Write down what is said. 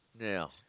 now